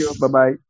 Bye-bye